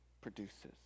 produces